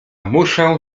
muszą